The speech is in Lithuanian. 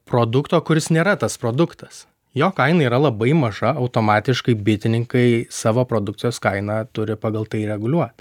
produkto kuris nėra tas produktas jo kaina yra labai maža automatiškai bitininkai savo produkcijos kainą turi pagal tai reguliuot